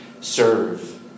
serve